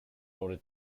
order